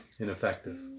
ineffective